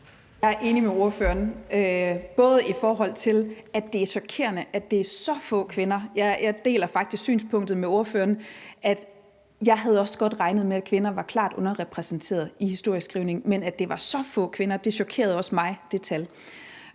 Jeg er enig med spørgeren i, at det er chokerende, at der er så få kvinder. Jeg deler faktisk ordførerens synspunkt; jeg havde også regnet med, at kvinder var klart underrepræsenterede i historieskrivningen, men at der var så få kvinder, chokerede også mig. Jeg deler